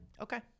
okay